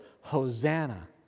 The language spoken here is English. Hosanna